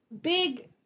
big